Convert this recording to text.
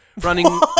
running